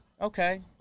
Okay